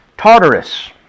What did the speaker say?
Tartarus